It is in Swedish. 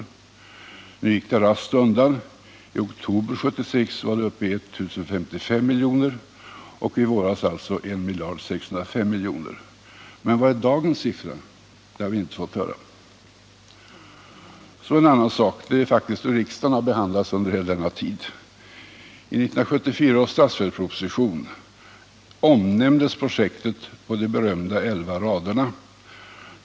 Sedan gick det raskt undan. I oktober 1976 var siffran uppe i I 055 milj.kr. och i våras som nämnts 1 605 milj.kr. Men vad är dagens siffra? Det har vi inte fått höra. Så en annan sak, nämligen hur riksdagen faktiskt har behandlats under hela denna tid. I 1974 års statsverksproposition omnämndes projektet på de berömda elvaraderna.